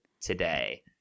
today